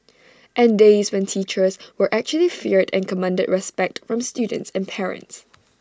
and days when teachers were actually feared and commanded respect from students and parents